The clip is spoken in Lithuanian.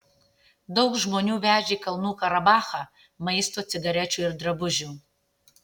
daug žmonių vežė į kalnų karabachą maisto cigarečių ir drabužių